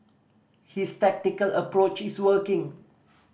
his tactical approach is working